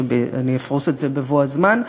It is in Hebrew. ואני אפרוס את זה בבוא הזמן,